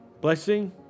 blessing